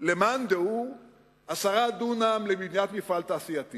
למאן דהוא 10 דונם לבניית מפעל תעשייתי